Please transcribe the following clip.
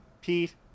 Pete